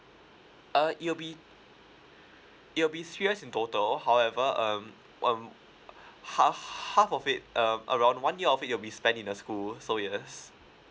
uh it will be it'll be three years in total however um um half half of it um around one year of it'll be spent in a school so yes